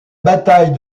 bataille